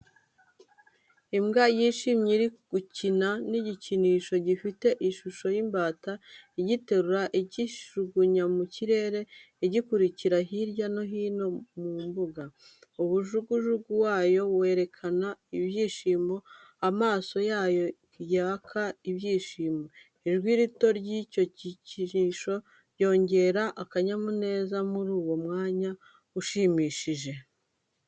Imbwa yishimye iri gukina n’igikinisho, gifite ishusho y’imbata, igiterura ikijugunya mu kirere, igikurikira hirya no hino mu mbuga. Umujugujugu wayo werekana ibyishimo, amaso yayo yaka ibyishimo. Ijwi rito ry’icyo gikinisho ryongera akanyamuneza muri uwo mwanya ushimishije.